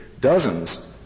dozens